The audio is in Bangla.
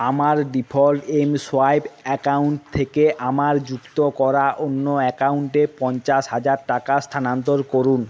আমার ডিফল্ট এমসোয়াইপ অ্যাকাউন্ট থেকে আমার যুক্ত করা অন্য অ্যাকাউন্টে পঞ্চাশ হাজার টাকা স্থানান্তর করুন